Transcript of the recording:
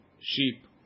sheep